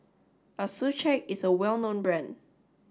Accucheck is a well known brand